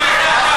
קשה לי.